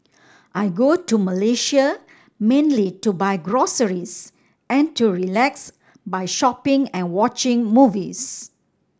I go to Malaysia mainly to buy groceries and to relax by shopping and watching movies